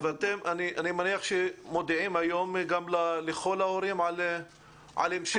אני מניח שאתם מודיעים היום לכל ההורים על המשך.